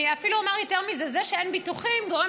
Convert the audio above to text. אני אפילו אומר יותר מזה: זה שאין ביטוחים גורם